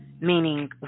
meaning